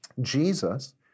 Jesus